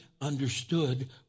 understood